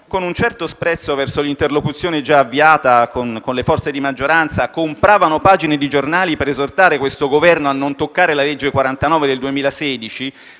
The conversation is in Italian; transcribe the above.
con un certo sprezzo verso l'interlocuzione già avviata con le forze di maggioranza, compravano pagine di giornali per esortare questo Governo a non toccare la legge 8 aprile 2016,